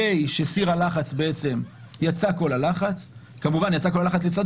הרי שבסיר הלחץ בעצם יצא כל הלחץ כמובן יצא כל הלחץ לצד